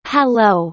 Hello